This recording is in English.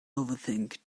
overthink